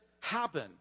happen